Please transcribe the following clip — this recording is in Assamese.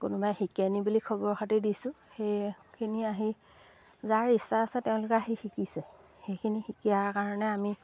কোনোবাই শিকে নেকি বুলি খবৰ খাতি দিছোঁ সেইখিনি আহি যাৰ ইচ্ছা আছে তেওঁলোকে আহি শিকিছে সেইখিনি শিকাৰ কাৰণে আমি